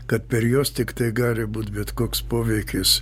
kad per juos tiktai gali būt bet koks poveikis